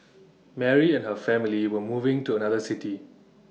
Mary and her family were moving to another city